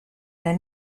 their